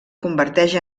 converteix